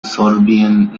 sorbian